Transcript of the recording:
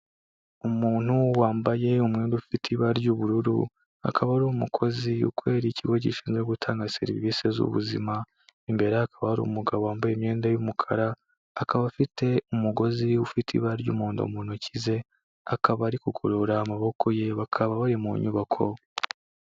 Umuntu wambaye umwenda ufite ibara ry'ubururu akaba ari umukozi ukorera ikigo gishinzwe gutanga serivisi z’ubuzima, imbere hakaba hari umugabo wambaye imyenda y’umukara, akaba afite umugozi ufite ibara ry'umuhondo mu ntoki ze, akaba ari gukurura amaboko ye, bakaba bari mu nyubako.